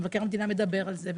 מבקר המדינה מדבר על זה.